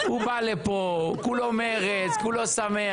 הוא בא לפה, כולו מרץ, כולו שמח.